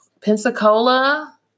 Pensacola